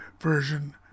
version